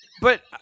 But-